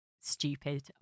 stupid